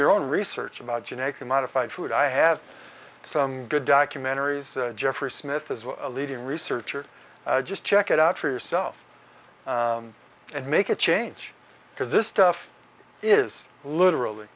your own research about genetically modified food i have some good documentaries jeffrey smith as a leading researcher just check it out for yourself and make a change because this stuff is literally